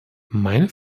meine